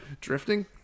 drifting